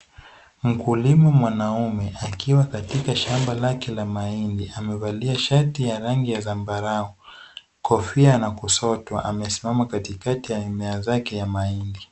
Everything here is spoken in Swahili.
Mkulima mwanaume akiwa katika shamba lake la mahundi, amevalia dhjati ya rangi ya zambarau, kofia na kusotwa, amesimama katikati ya mahindi.